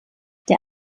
der